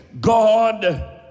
God